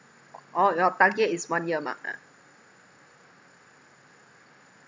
orh your target is one year mark ah